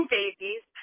babies